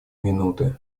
минуты